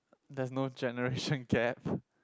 there's no generation gap